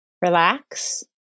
relax